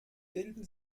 bilden